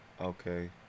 Okay